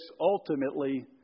ultimately